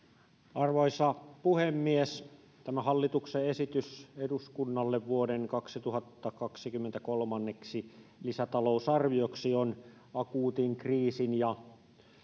arvoisa puhemies tämä hallituksen esitys eduskunnalle vuoden kaksituhattakaksikymmentä kolmanneksi lisätalousarvioksi on akuutin kriisin ja